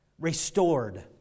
restored